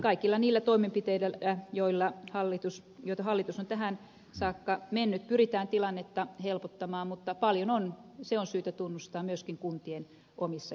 kaikilla niillä toimenpiteillä joilla hallitus on tähän saakka mennyt pyritään tilannetta helpottamaan mutta paljon on se on syytä tunnustaa myöskin kuntien omissa käsissä